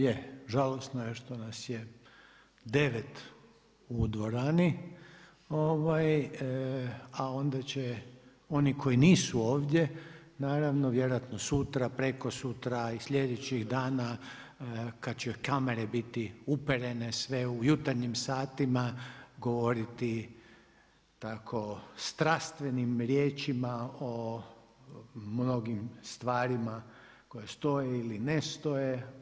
Je, žalosno je što nas je 9 u dvorani, a onda će oni koji nisu ovdje, naravno vjerojatno sutra, prekosutra i sljedećih dana kad će kamere biti uperene sve u jutarnjim satima govoriti tako strastvenim riječima o mnogim stvarima koje stoje ili ne stoje.